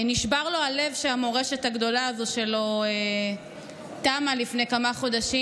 נשבר לו הלב שהמורשת הגדולה הזו שלו תמה לפני כמה חודשים,